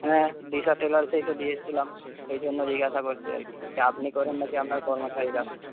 হ্যাঁ দিশা টেলার্সেই তো দিয়ে এসছিলাম সেই জন্য জিজ্ঞাসা করছি আরকি যে আপনি করেন নাকি আপনার কর্মচারীরা